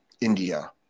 India